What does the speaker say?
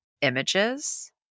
images